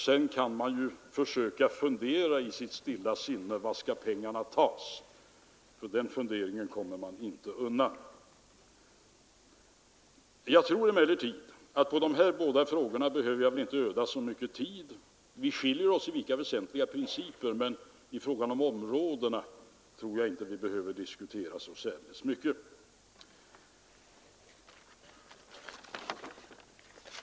Sedan kan man i sitt stilla sinne försöka fundera ut var pengarna skall tas. Det kommer man inte undan. Jag tror emellertid att jag inte behöver ödsla så mycket tid på dessa båda frågor. Vi skiljer oss i vissa väsentliga principer, men i fråga om dessa områden tror jag inte att vi behöver diskutera så särskilt mycket.